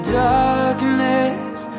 darkness